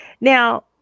now